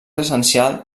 essencial